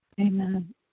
Amen